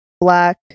black